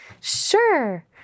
Sure